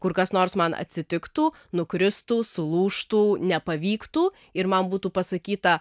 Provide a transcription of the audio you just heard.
kur kas nors man atsitiktų nukristų sulūžtų nepavyktų ir man būtų pasakyta